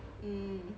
mm